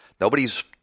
Nobody's